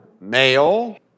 male